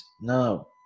No